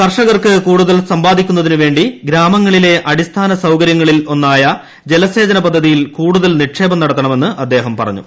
കർഷകർക്ക് കൂടുതൽ സമ്പാദിക്കുന്നതിനുവേണ്ടി ഗ്രാമങ്ങളിലെ അടിസ്ഥാന സൌകര്യങ്ങളിൽ ഒന്നായ ജലസേചനം പദ്ധതിയിൽ കൂടുതൽ നിക്ഷേപം നടത്തണമെന്ന് അദ്ദേഹം പറഞ്ഞു